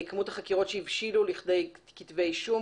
כמות החקירות שהבשילו לכדי כתבי אישום,